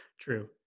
true